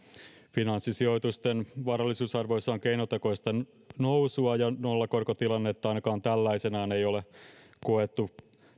finanssisijoitusten varallisuusarvoissa on keinotekoista nousua ja nollakorkotilannetta ainakaan tällaisenaan tuskin on koettu